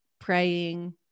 praying